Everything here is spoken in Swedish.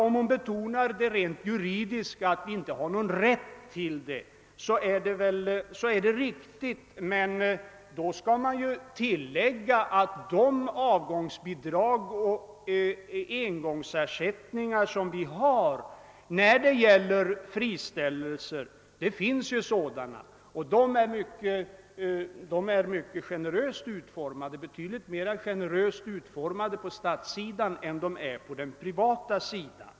Om hon betonar det rent juridiska när hon säger att det inte finns någon sådan rätt, så är det riktigt, men då skall man tillägga att de avgångsbidrag och engångsersättningar som vi har på statssidan när det gäller friställelser — det finns ju sådana — är betydligt generösare än på den privata sidan.